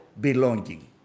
belonging